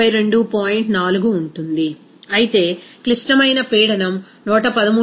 4 ఉంటుంది అయితే క్లిష్టమైన పీడనం 113